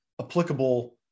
applicable